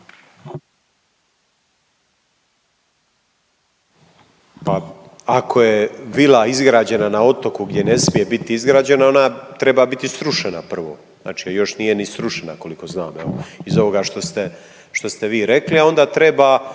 Pa ako je vila izgrađena na otoku gdje ne smije biti izgrađena, ona treba biti srušena prvo. Znači još nije ni srušena, koliko znam iz ovoga što ste vi rekli, a onda treba